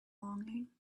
longing